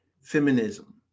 Feminism